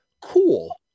cool